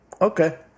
okay